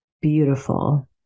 beautiful